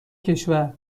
کشور